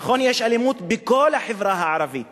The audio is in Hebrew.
נכון, יש אלימות בכל החברה הערבית